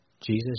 Jesus